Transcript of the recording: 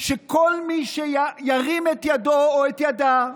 שבו כל מי שירים את ידו או את ידה,